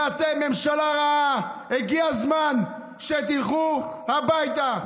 ואתם, ממשלה רעה, הגיע הזמן שתלכו הביתה.